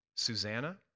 Susanna